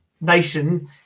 nation